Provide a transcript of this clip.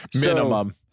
minimum